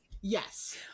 yes